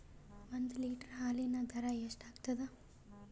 ಒಂದ್ ಲೀಟರ್ ಹಾಲಿನ ದರ ಎಷ್ಟ್ ಆಗತದ?